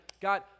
God